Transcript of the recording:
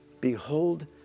Behold